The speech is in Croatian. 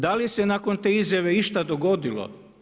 Da li se nakon te izjave išta dogodilo?